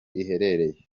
iherereye